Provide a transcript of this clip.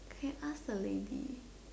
I ask already